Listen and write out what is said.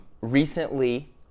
recently